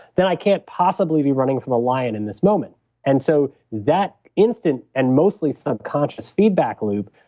then i can't possibly be running from a lion in this moment and so that instant, and mostly subconscious feedback loop,